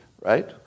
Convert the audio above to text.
right